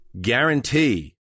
guarantee